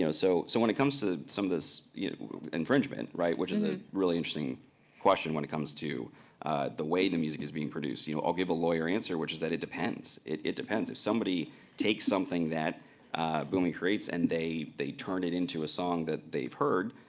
so so when it comes to some of this infringement, right? which is a really interesting question when it comes to the way the music is being produced. you know, i'll give a lawyer answer which is that it depends. it it depends. if somebody takes something that boomy creates, and they they turn it into a song that they've heard,